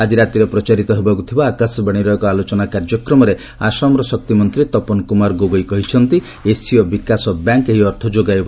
ଆଜି ରାତିରେ ପ୍ରଚାରିତ ହେବାକୁ ଥିବା ଆକାଶବାଣୀର ଏକ ଆଲୋଚନା କାର୍ଯ୍ୟକ୍ରମରେ ଆସାମର ଶକ୍ତିମନ୍ତ୍ରୀ ତପନ କୁମାର ଗୋଗୋୟୀ କହିଚ୍ଚନ୍ତି ଏସୀୟ ବିକାଶ ବ୍ୟାଙ୍କ ଏହି ଅର୍ଥ ଯୋଗାଇବ